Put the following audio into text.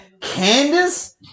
Candace